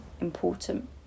important